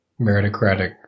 meritocratic